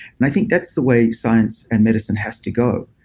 and i think that's the way science and medicine has to go.